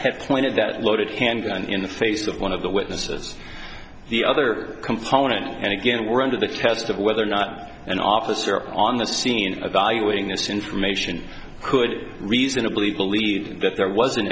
have pointed that loaded handgun in the face of one of the witnesses the other component and again we're under the test of whether or not an officer on the scene evaluating this information could reasonably believe that there was